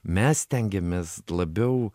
mes stengėmės labiau